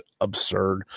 absurd